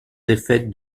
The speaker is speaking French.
défaite